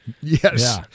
Yes